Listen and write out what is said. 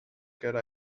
good